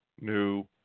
new